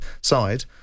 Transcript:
side